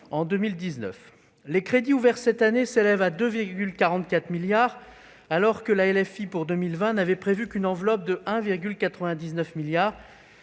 en 2019. Les crédits ouverts cette année s'élèvent à 2,44 milliards d'euros, alors que la LFI pour 2020 n'avait prévu qu'une enveloppe de 1,99 milliard